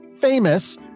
famous